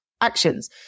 actions